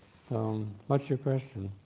so, what's your question?